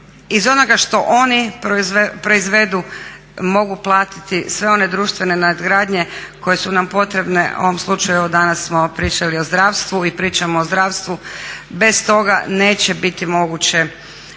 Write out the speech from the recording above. iz onoga što oni proizvedu mogu platiti sve one društvene nadgradnje koje su nam potrebne. U ovom slučaju evo danas smo pričali o zdravstvu i pričamo o zdravstvu. Bez toga neće biti moguće,